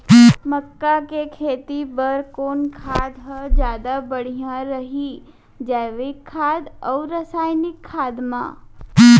मक्का के खेती बर कोन खाद ह जादा बढ़िया रही, जैविक खाद अऊ रसायनिक खाद मा?